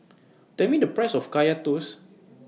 Tell Me The Price of Kaya Toast